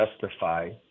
justify